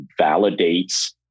validates